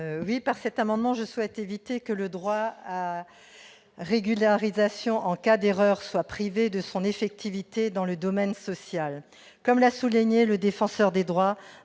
Par cet amendement, je souhaite éviter que le droit à régularisation en cas d'erreur soit privé de son effectivité dans le domaine social. Comme l'a souligné le Défenseur des droits